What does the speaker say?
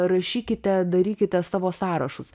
rašykite darykite savo sąrašus